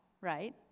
right